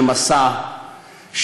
של מסע,